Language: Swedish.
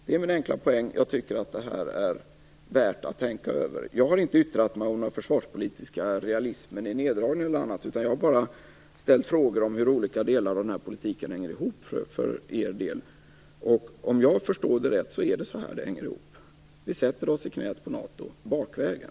Det är min enkla poäng. Jag tycker att detta är värt att tänka över. Jag har inte yttrat mig om någon försvarspolitisk realism när det gäller neddragningar. Jag har bara ställt frågor om hur olika delar av den här politiken hänger ihop för er del. Om jag har förstått det hela rätt sätter vi oss i knät på NATO - bakvägen.